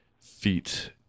feet